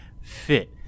fit